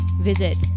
visit